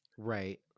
Right